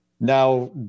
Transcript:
Now